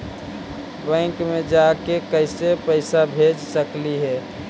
Bank मे जाके कैसे पैसा भेज सकली हे?